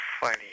funny